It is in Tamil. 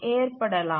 ஏற்படலாம்